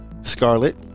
scarlet